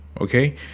Okay